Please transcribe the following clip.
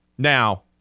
Now